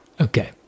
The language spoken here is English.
okay